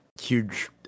huge